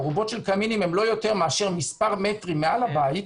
ארובות של קמינים הן לא יותר מאשר מספר מטרים מעל הבית,